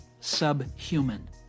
subhuman